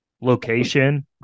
location